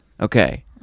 Okay